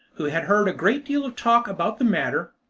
who had heard a great deal of talk about the matter,